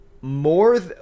more